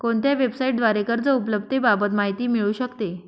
कोणत्या वेबसाईटद्वारे कर्ज उपलब्धतेबाबत माहिती मिळू शकते?